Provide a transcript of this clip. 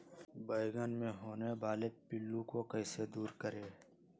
बैंगन मे होने वाले पिल्लू को कैसे दूर करें?